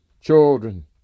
children